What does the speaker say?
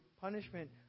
punishment